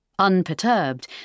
Unperturbed